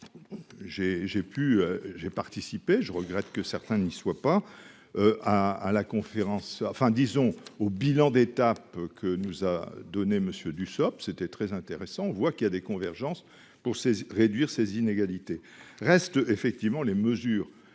j'ai participé, je regrette que certains n'y soit pas à à la conférence, enfin disons au bilan d'étape que nous a donnée monsieur Dussopt, c'était très intéressant, on voit qu'il y a des convergences pour réduire ces inégalités restent effectivement les mesures